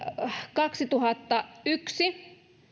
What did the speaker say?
kaksituhattayksi